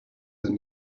than